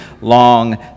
long